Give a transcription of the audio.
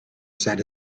set